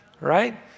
right